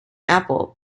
apple